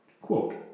Quote